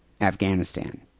Afghanistan